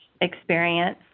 experience